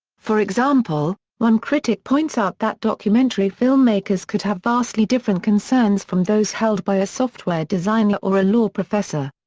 for example, one critic points out that documentary filmmakers could have vastly different concerns from those held by a software designer or a law professor.